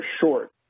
short